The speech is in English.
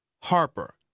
Harper